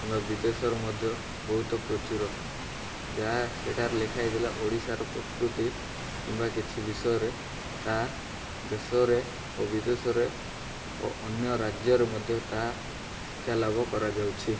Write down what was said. କିମ୍ବା ବିଦେଶରେ ମଧ୍ୟ ବହୁତ ପ୍ରଚୁର ଯାହା ସେଠାରେ ଲେଖାହୋଇଥିଲା ଓଡ଼ିଶାର ପ୍ରକୃତି କିମ୍ବା କିଛି ବିଷୟରେ ତାହା ଦେଶରେ ଓ ବିଦେଶରେ ଓ ଅନ୍ୟ ରାଜ୍ୟରେ ମଧ୍ୟ ତାହା ଶିକ୍ଷା ଲାଭ କରାଯାଉଛି